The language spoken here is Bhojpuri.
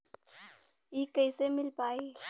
इ कईसे मिल पाई?